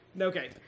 okay